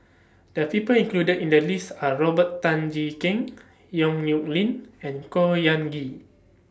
The People included in The list Are Robert Tan Jee Keng Yong Nyuk Lin and Khor Ean Ghee